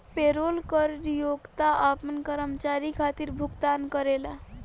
payroll कर नियोक्ता आपना कर्मचारी खातिर भुगतान करेला